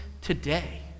today